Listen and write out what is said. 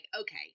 okay